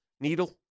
needle